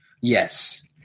Yes